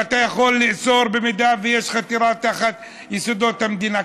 ואתה יכול לאסור אם יש חתירה תחת יסודות המדינה.